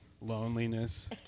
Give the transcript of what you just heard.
Loneliness